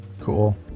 cool